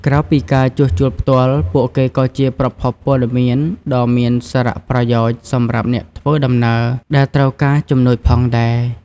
ក្រៅពីការជួសជុលផ្ទាល់ ពួកគេក៏ជាប្រភពព័ត៌មានដ៏មានសារៈប្រយោជន៍សម្រាប់អ្នកធ្វើដំណើរដែលត្រូវការជំនួយផងដែរ។